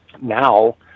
now